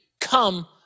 Come